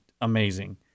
amazing